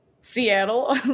Seattle